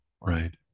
Right